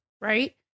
Right